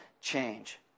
change